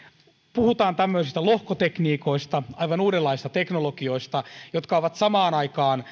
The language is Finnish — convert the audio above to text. puhutaan tämmöisistä lohkotekniikoista aivan uudenlaisista teknologioista jotka ovat samaan aikaan